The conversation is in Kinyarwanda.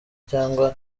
cyangwa